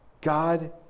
God